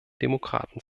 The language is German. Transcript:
demokraten